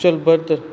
चल बरें तर